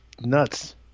nuts